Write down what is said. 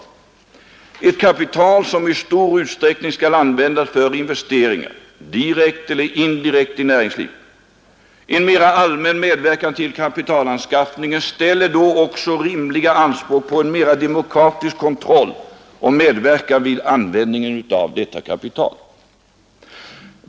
Detta kapital skall i stor utsträckning användas för investeringar — direkt eller indirekt — i näringslivet. En mera allmän medverkan till kapitalanskaffningen ställer då också rimliga anspråk på en mera demokratisk kontroll och medverkan vid användningen av detta kapital.